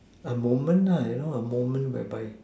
a moment nah you know a moment whereby